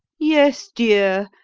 yes, dear,